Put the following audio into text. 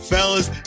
Fellas